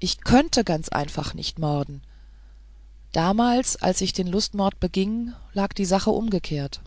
ich könnte ganz einfach nicht morden damals als ich den lustmord beging lag die sache umgekehrt